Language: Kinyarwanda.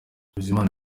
bizimana